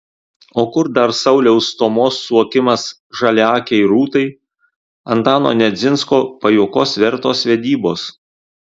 o kur dar sauliaus stomos suokimas žaliaakei rūtai antano nedzinsko pajuokos vertos vedybos